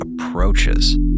approaches